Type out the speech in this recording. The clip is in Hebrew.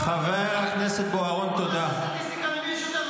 חבר הכנסת בוארון, תודה.